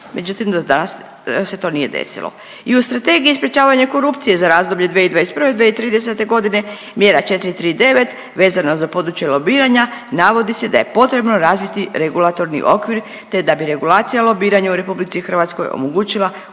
Međutim, do danas se to nije desilo. I u Strategiji sprječavanja korupcije za razdoblje 2021. – 2030. mjera 439 vezana za područje lobiranja navodi se da je potrebno razviti regulatorni okvir te da bi regulacija lobiranja u RH omogućila uspostavu